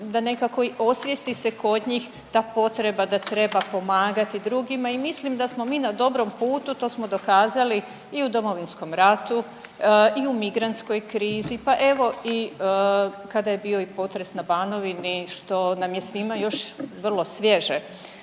da nekako se osvijesti kod njih ta potreba da treba pomagati drugima i mislim da smo mi na dobrom putu, to smo dokazali u Domovinskom ratu i u migrantskoj krizi, pa evo kada je bio i potres na Banovini što nam je svima još vrlo svježe.